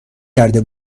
کرده